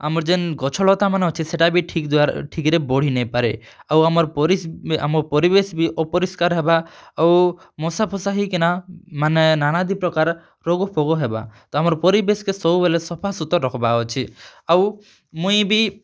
ଆମର୍ ଯେନ୍ ଗଛ ଲତା ମାନେ ଅଛି ସେଟା ବି ଠିକ୍ ଦ୍ଵାରା ଠିକ୍ ରେ ବଢ଼ି ନାଇ ପାରେ ଆଉ ଆମର୍ ଆମ ପରିବେଶ୍ ବି ଅପରିଷ୍କାର୍ ହେବା ଆଉ ମଶାଫସା ହେଇକିନା ମାନେ ନାନାଦି ପ୍ରକାର୍ ରୋଗଫୋଗ ହେବା ତ ଆମର୍ ପରିବେଶ୍କେ ସବୁବେଲେ ସଫାସୁତର୍ ରଖ୍ବାର୍ ଅଛେ ଆଉ ମୁଇଁ ବି